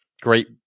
Great